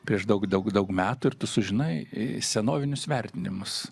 prieš daug daug daug metų ir tu sužinai senovinius vertinimus